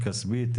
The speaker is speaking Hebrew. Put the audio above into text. כספית,